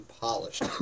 polished